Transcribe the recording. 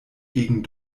gegen